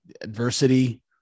adversity